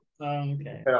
okay